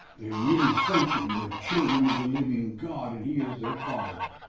they're really something, they're children of the living god and he is their father.